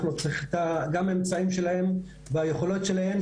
אנחנו צריכים גם את האמצעים שלהם ואת היכולות שלהם,